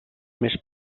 més